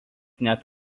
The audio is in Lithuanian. net